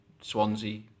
Swansea